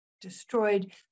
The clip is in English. destroyed